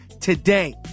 today